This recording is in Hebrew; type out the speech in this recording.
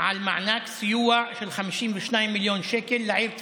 על מענק סיוע של 52 מיליון שקל לעיר טבריה,